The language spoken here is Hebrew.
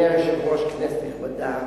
חבר הכנסת טלב אלסאנע